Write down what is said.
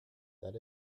that